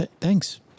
Thanks